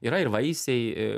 yra ir vaisiai